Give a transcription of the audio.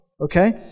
okay